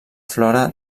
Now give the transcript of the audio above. flora